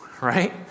right